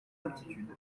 aptitudes